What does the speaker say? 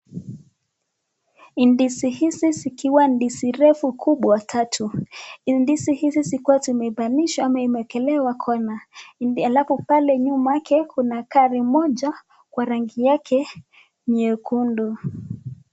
Ndizi hizi zikiwa ndizi refu kubwa tatu. Ndizi hizi zikiwa zimepandishwa ama imeekelewa corner , alafu pale nyuma yake kuna gari moja kwa rangi yake nyekundu.